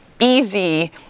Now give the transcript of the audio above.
easy